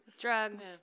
Drugs